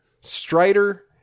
Strider